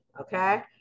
Okay